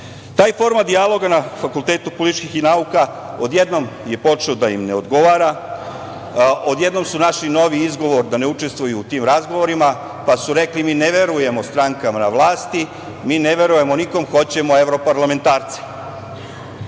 format dijaloga na Fakultetu političkih nauka odjednom je počeo da im ne odgovara, odjednom su našli novi izgovor da ne učestvuju u tim razgovorima, pa su rekli – mi ne verujemo strankama na vlasti. Mi ne verujemo nikome. Hoćemo evroparlamentarce. Onda